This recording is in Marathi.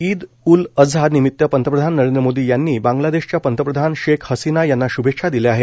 ईद उल अझा निमित पंतप्रधान नरेंद्र मोदी बांग्लादेशच्या पंतप्रधान शेख हसीना यांना शुभेच्छा दिल्या आहेत